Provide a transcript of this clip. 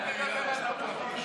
בוא לרבנות הראשית.